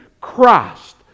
Christ